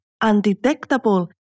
undetectable